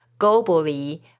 globally